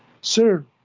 sir